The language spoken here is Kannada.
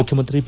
ಮುಖ್ವಮಂತ್ರಿ ಬಿ